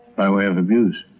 by way of abuse.